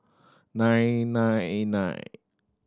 nine nine nine